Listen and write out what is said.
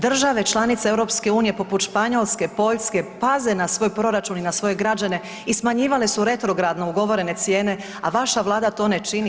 Države članice EU poput Španjolske, Poljske, paze na svoj proračun i na svoje građane i smanjivale su retrogradno ugovorene cijene, a vaša vlada to ne čini.